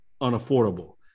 unaffordable